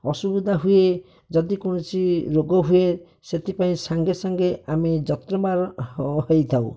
ଅସୁବିଧା ହୁଏ ଯଦି କୌଣସି ରୋଗ ହୁଏ ସେଥିପାଇଁ ସାଙ୍ଗେ ସାଙ୍ଗେ ଆମେ ଯତ୍ନବାନ ହୋଇଥାଉ